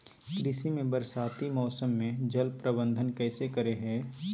कृषि में बरसाती मौसम में जल प्रबंधन कैसे करे हैय?